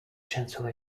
chancellor